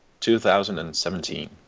2017